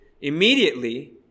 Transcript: immediately